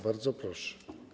Bardzo proszę.